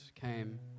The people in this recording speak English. came